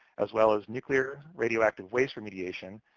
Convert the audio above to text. as well as nuclear, radioactive waste remediation,